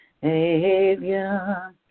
Savior